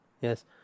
Yes